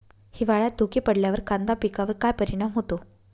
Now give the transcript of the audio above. हिवाळ्यात धुके पडल्यावर कांदा पिकावर काय परिणाम होतो?